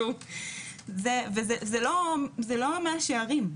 וזה לא מאה שערים.